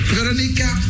Veronica